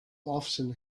often